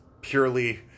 purely